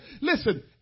Listen